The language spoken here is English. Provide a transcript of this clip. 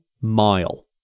mile